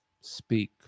speak